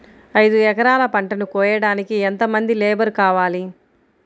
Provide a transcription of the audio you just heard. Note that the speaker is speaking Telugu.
ఐదు ఎకరాల పంటను కోయడానికి యెంత మంది లేబరు కావాలి?